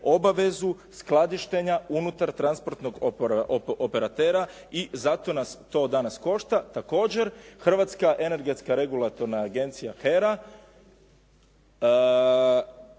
obavezu skladištenja unutar transportnog operatera i zato nas to danas košta. Također, Hrvatska energetska regulatorna agencija HERA